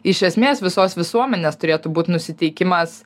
iš esmės visos visuomenės turėtų būt nusiteikimas